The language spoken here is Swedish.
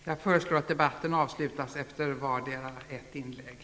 Jag föreslår att debatten avslutas efter vardera ett inlägg.